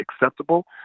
acceptable